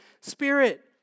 Spirit